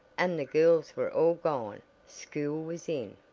and the girls were all gone school was in.